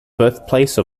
birthplace